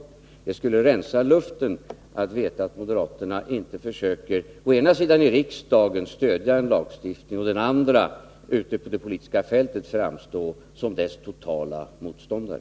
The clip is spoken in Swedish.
Det skulle rensa luften att veta att moderaterna inte försöker å ena sidan i riksdagen stödja en lagstiftning och å andra sidan ute på det politiska fältet framstå som dess totala motståndare.